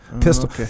Pistol